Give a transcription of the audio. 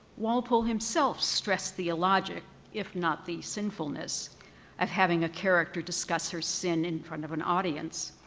walpole himself stressed the illogic if not the sinfulness of having a character discuss her sin in front of an audience.